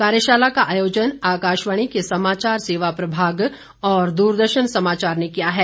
कार्यशाला का आयोजन आकाशवाणी के समाचार सेवा प्रभाग और द्रदर्शन समाचार ने किया है